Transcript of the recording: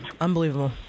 Unbelievable